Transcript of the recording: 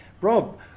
Rob